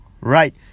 right